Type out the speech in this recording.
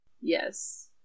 yes